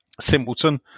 simpleton